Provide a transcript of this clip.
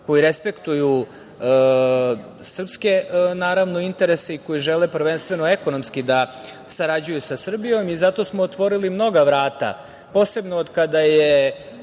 koji respektuju srpske interese i koji žele prvenstveno ekonomski da sarađuju sa Srbijom. Zato smo otvorili mnoga vrata, posebno od kada je